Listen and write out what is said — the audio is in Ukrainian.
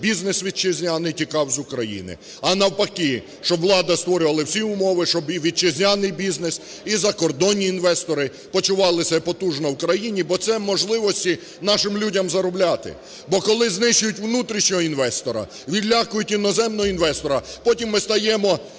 бізнес вітчизняний тікав з України, а навпаки, щоб влада створювала всі умови, щоб і вітчизняний бізнес, і закордонні інвестори почували себе потужно в країні, бо це можливості нашим людям заробляти. Бо коли знищують внутрішнього інвестора, відлякують іноземного інвестора, потім ми стаємо